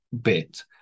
bit